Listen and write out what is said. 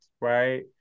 right